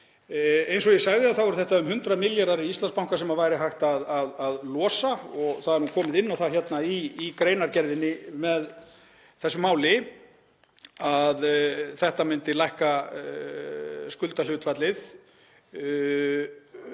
Eins og ég sagði þá eru þetta um 100 milljarðar í Íslandsbanka sem væri hægt að losa og komið er inn á það í greinargerð með þessu máli að þetta myndi lækka skuldahlutfallið.